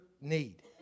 need